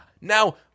Now